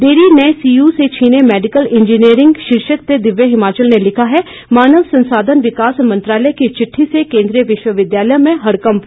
देरी ने सीयू से छीने मेडिकल इंजीनियरिंग शीर्षक से दिव्य हिमाचल ने लिखा है मानव संसाधन विकास मंत्रालय की चिट्ठी से केन्द्रीय विश्वविद्यालय में हड़कंप